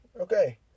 okay